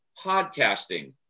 podcasting